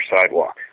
sidewalk